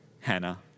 Hannah